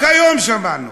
רק היום שמענו,